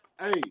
hey